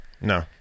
No